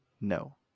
No